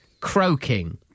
croaking